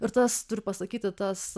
ir tas turiu pasakyti tas